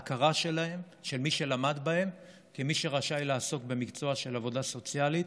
כך שמי שלמד בהם רשאי לעסוק במקצוע העבודה הסוציאלית.